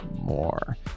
more